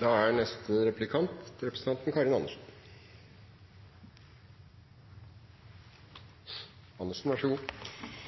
Jeg hører at statsråden mener det, men man er